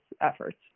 efforts